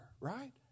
right